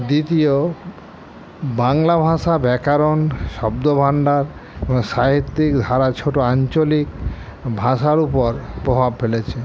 দ্বিতীয় বাংলা ভাষা ব্যাকরণ শব্দভাণ্ডার সাহিত্যিক ধারা ছোটো আঞ্চলিক ভাষার উপর প্রভাব ফেলেছে